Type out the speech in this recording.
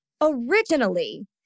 Originally